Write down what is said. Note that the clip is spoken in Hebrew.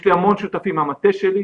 יש לי המון שותפים מהמטה שלי,